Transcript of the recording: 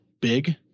big